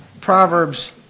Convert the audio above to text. Proverbs